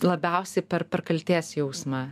labiausiai per per kaltės jausmą